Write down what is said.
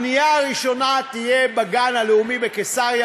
הבנייה הראשונה תהיה בגן הלאומי בקיסריה,